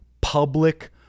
public